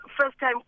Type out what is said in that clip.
first-time